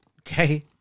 Okay